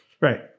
Right